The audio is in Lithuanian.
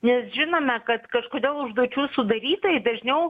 nes žinome kad kažkodėl užduočių sudarytojai dažniau